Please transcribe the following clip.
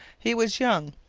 he was young,